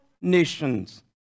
nations